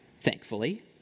thankfully